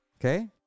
Okay